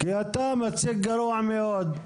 כי אתה מציג גרוע מאוד.